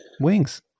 Wings